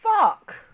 Fuck